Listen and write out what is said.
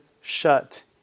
shut